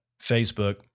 Facebook